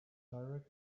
direct